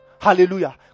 Hallelujah